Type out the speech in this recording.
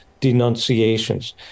denunciations